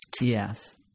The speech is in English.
Yes